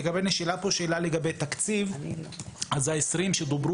לגבי השאלה שנשאלה כאן על תקציב 20 שדובר